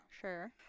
Sure